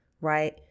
right